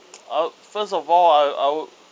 uh first of all I I'll